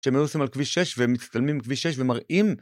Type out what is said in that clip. כשהם היו נוסעים על כביש 6 והם מצטלמים על כביש 6 ומראים.